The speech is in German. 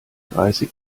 dreißig